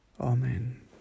Amen